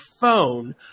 phone